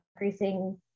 increasing